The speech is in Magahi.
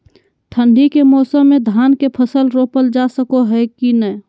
ठंडी के मौसम में धान के फसल रोपल जा सको है कि नय?